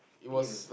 beer